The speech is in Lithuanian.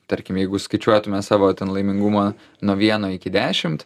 tarkim jeigu skaičiuotume savo ten laimingumą nuo vieno iki dešimt